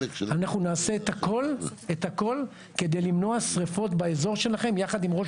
אנחנו נעשה את הכול כדי למנוע שרפות באזור שלכם יחד עם ראש